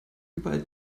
überall